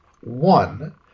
One